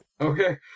Okay